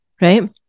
right